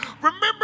remember